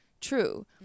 true